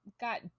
got